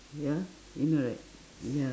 ya you know right ya